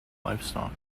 livestock